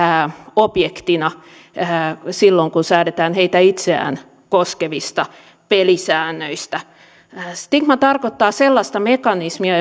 objektina silloin kun säädetään heitä itseään koskevista pelisäännöistä stigma tarkoittaa sellaista mekanismia